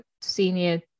senior